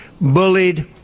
bullied